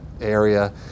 area